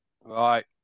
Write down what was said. right